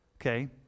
okay